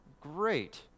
Great